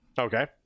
Okay